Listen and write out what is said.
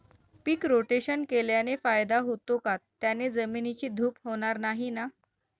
पीक rotation केल्याने फायदा होतो का? त्याने जमिनीची धूप होणार नाही ना?